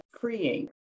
freeing